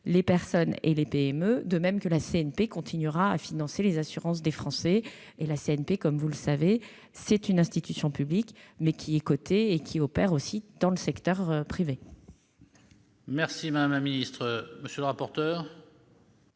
les personnes et les PME, de même que la CNP continuera à financer les assurances des Français. La CNP, comme vous le savez, est une institution publique, mais elle est cotée et opère aussi dans le secteur privé. La parole est à M. le rapporteur.